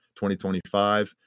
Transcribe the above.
2025